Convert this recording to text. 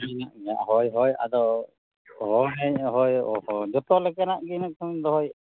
ᱦᱚᱭ ᱦᱚᱭ ᱟᱫᱚ ᱡᱚᱛᱚ ᱞᱮᱠᱟᱱᱟᱜ ᱜᱮ ᱱᱤᱛᱚᱝ ᱫᱚᱦᱚᱭ